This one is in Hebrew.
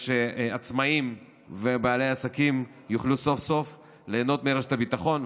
כדי שעצמאים ובעלי עסקים יוכלו סוף-סוף ליהנות מרשת הביטחון.